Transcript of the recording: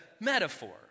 metaphor